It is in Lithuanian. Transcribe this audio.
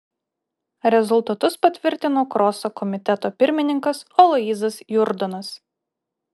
rezultatus patvirtino kroso komiteto pirmininkas aloyzas jurdonas